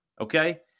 okay